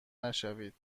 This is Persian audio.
نشوید